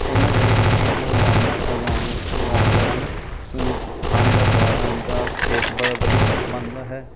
ਇਨ੍ਹਾਂ ਜੜੀ ਬੂਟੀਆਂ ਨੂੰ ਉਗਾਉਣ ਨਾਲ ਉਗਾਉਣ ਉਗਾਉਣ ਨਾਲ ਖਾਣੇ ਦਾ ਸੁਆਦ ਦਾ ਟੇਸਟ ਬੜਾ ਵਧੀਆ ਬਣਦਾ ਹੈ